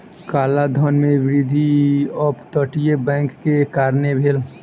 काला धन में वृद्धि अप तटीय बैंक के कारणें भेल